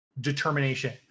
determination